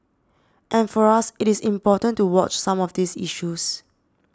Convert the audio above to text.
and for us it is important to watch some of these issues